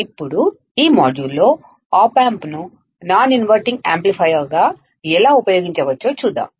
ఇప్పుడు ఈ మాడ్యూల్లో ఆప్ ఆంప్ను నాన్ ఇన్వర్టింగ్ యాంప్లిఫైయర్గా ఎలా ఉపయోగించవచ్చో చూద్దాం